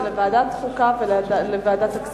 זה לוועדת חוקה ולוועדת הכספים,